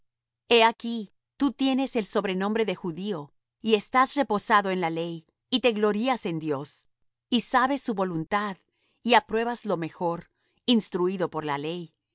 el sobrenombre de judío y estás reposado en la ley y te glorías en dios y sabes su voluntad y apruebas lo mejor instruído por la ley